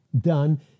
done